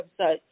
website